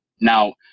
Now